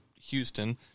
Houston